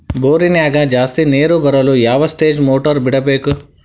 ಬೋರಿನ್ಯಾಗ ಜಾಸ್ತಿ ನೇರು ಬರಲು ಯಾವ ಸ್ಟೇಜ್ ಮೋಟಾರ್ ಬಿಡಬೇಕು?